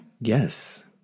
Yes